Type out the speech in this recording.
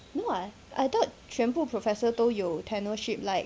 no [what] I thought 全部 professor 都有 tenure-ship like